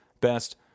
best